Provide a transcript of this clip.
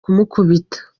kumukubita